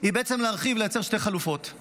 היא להרחיב ולייצר שתי חלופות,